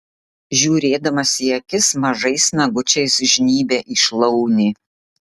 žiūrėdamas į akis mažais nagučiais žnybia į šlaunį